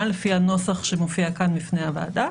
לפי הנוסח שמופיע כאן בפני הוועדה,